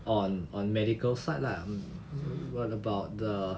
on on medical side lah mm what about the